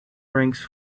ranks